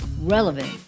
relevant